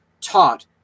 taught